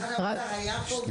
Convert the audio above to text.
משרד האוצר היה פה,